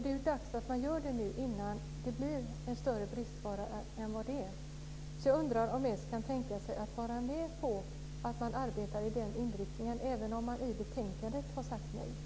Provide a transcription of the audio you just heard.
Det är dags att man gör det nu innan det blir en större bristvara än vad det är. Jag undrar om Socialdemokraterna kan tänka sig att vara med på att arbeta med den inriktningen även om man har sagt nej i betänkandet.